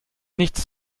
nichts